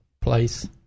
place